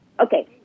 Okay